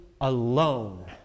alone